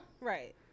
Right